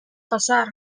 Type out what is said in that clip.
pasar